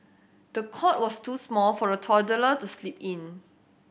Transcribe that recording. the cot was too small for the toddler to sleep in